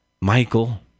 Michael